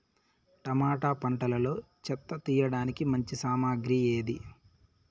Tomato పంటలో చెత్త తీయడానికి మంచి సామగ్రి ఏది?